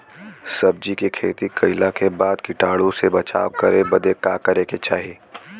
सब्जी के खेती कइला के बाद कीटाणु से बचाव करे बदे का करे के चाही?